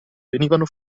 venivano